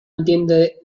entiende